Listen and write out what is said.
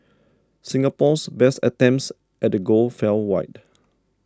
Singapore's best attempts at the goal fell wide